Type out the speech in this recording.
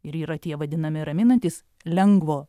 ir yra tie vadinami raminantys lengvo